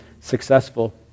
successful